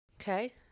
Okay